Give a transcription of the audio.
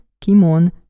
Kimon